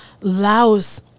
Laos